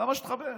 למה שתחבר?